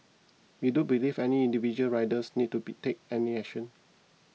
we do believe any individual riders need to be take any action